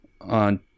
on